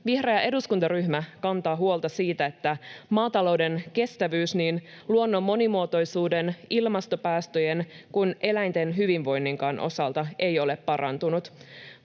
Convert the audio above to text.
Vihreä eduskuntaryhmä kantaa huolta siitä, että maatalouden kestävyys niin luonnon monimuotoisuuden, ilmastopäästöjen kuin eläinten hyvinvoinninkaan osalta ei ole parantunut.